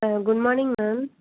good morning ma'am